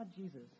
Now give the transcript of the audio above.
Jesus